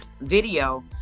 video